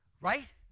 Right